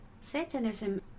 Satanism